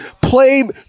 play